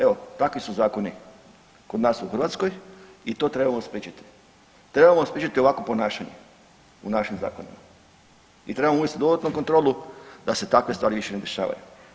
Evo, takvi su zakoni kod nas u Hrvatskoj i to trebamo spriječiti, trebamo spriječiti ovakvo ponašanje u našim zakonima i trebamo uvesti dodatnu kontrolu da se takve stvari više ne dešavaju.